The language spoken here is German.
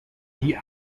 die